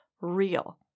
real